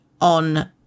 on